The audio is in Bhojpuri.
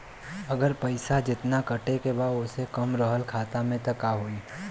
अगर पैसा जेतना कटे के बा ओसे कम रहल खाता मे त का होई?